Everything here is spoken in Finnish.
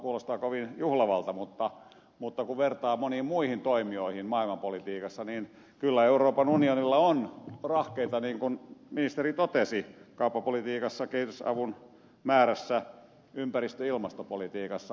kuulostaa kovin juhlavalta mutta kun vertaa moniin muihin toimijoihin maailmanpolitiikassa niin kyllä euroopan unionilla on rahkeita niin kuin ministeri totesi kauppapolitiikassa kehitysavun määrässä ympäristö ja ilmastopolitiikassa